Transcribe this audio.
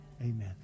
Amen